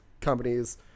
companies